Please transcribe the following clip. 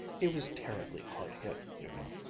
he was terribly hard hit, you know.